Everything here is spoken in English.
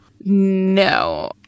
No